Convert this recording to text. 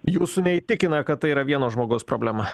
jūsų neįtikina kad tai yra vieno žmogaus problema